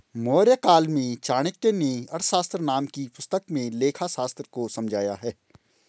मौर्यकाल में चाणक्य नें अर्थशास्त्र नाम की पुस्तक में लेखाशास्त्र को समझाया है